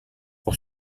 pour